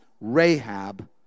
Rahab